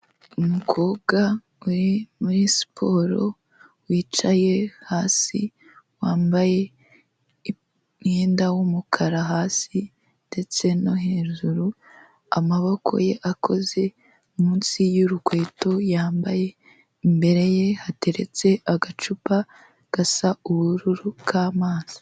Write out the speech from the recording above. Umukobwa uri muri siporo wicaye hasi, wambaye umwenda w'umukara hasi ndetse no hejuru, amaboko ye akoze munsi y'urukweto yambaye, imbere ye hateretse agacupa gasa ubururu bw'amazi.